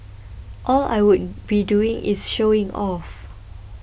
all I would be doing is showing off